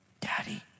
Daddy